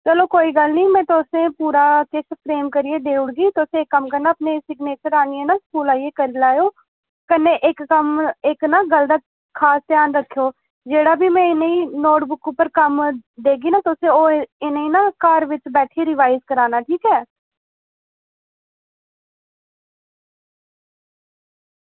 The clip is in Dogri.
चलो कोई गल्ल निं में तुसेंगी पूरा किश फ्रेम करियै देई ओड़गी तुस इक कम्म करना अपने सिग्नेचर आनियै ना स्कूल आइयै करी लैएओ कन्नै इक कम्म इक न गल्ल दा खास ध्यान रक्खेओ जेह्ड़ा बी में इ'नेंगी नोटबुक उप्पर कम्म देगी ना तुस ओह् इ'नेंगी ना घर बिच्च बैठियै रिवाइज़ कराना ठीक ऐ